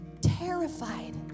Terrified